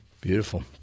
Beautiful